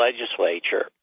Legislature